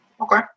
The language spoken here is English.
Okay